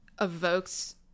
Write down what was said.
evokes